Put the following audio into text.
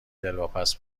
دلواپس